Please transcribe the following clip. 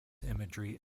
imagery